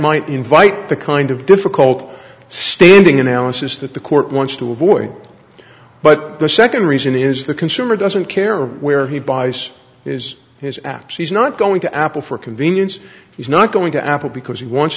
might invite the kind of difficult standing analysis that the court wants to avoid but the second reason is the consumer doesn't care where he buys is his apps he's not going to apple for convenience he's not going to apple because he wants